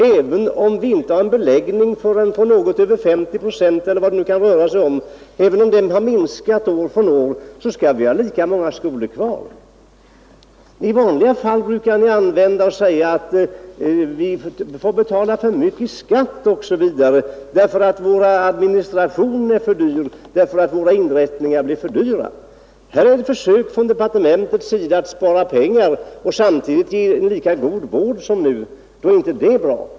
Även om vi bara har en beläggning på något över 50 procent eller vad det nu kan röra sig om och den har minskat år från år så skall vi ha lika många skolor kvar! I vanliga fall brukar ni använda det argumentet att vi får betala för mycket i skatt därför att vår administration är för dyr, våra inrättningar blir för dyra. Här görs det ett försök från departementets sida att spara pengar och samtidigt ge lika god vård som nu. Då är inte det bra!